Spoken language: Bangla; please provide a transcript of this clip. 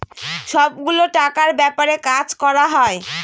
সব গুলো টাকার ব্যাপারে কাজ করা হয়